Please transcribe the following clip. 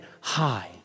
high